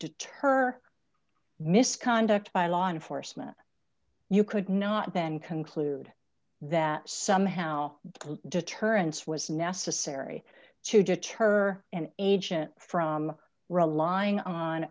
deter misconduct by law enforcement you could not then conclude that somehow deterrence was necessary to deter an agent from relying on